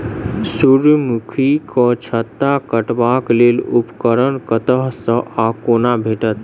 सूर्यमुखी केँ छत्ता काटबाक लेल उपकरण कतह सऽ आ कोना भेटत?